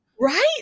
right